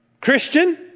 Christian